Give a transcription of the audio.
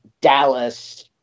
Dallas